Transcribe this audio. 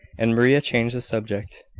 and maria changed the subject.